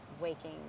waking